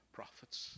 prophets